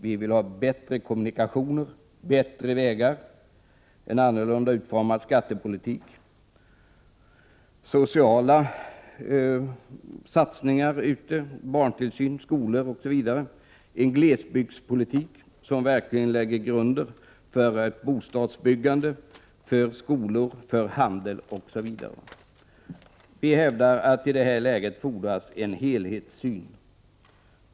Vi vill ha bättre kommunikationer, bättre vägar, en annorlunda utformad skattepolitik, sociala satsningar — barntillsyn, skolor osv. — en glesbygdspolitik som verkligen lägger grunden för bostadsbyggande, skolor, handel, osv. Vi hävdar att i det här läget fordras en helhetssyn.